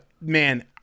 man